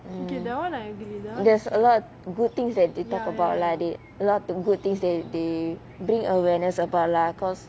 mm there's a lot of good things that they talk about lah they a lot of the good things that they bring awareness about lah because